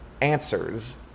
answers